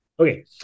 Okay